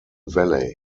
valley